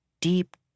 deep